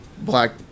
Black